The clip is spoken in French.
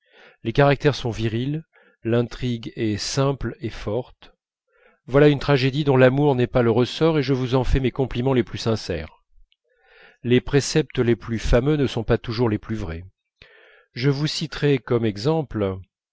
les caractères sont virils l'intrigue est simple et forte voilà une tragédie dont l'amour n'est pas le ressort et je vous en fais mes compliments les plus sincères les préceptes les plus fameux ne sont pas toujours les plus vrais je vous citerai comme exemple